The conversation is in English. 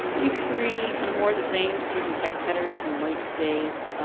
week three kind of more the same, just using text headers, some white space.